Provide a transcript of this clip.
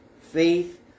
Faith